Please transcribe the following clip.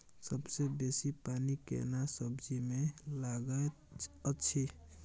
सबसे बेसी पानी केना सब्जी मे लागैत अछि?